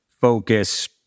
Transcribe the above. focus